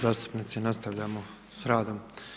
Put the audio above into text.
zastupnici nastavljamo sa radom.